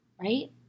right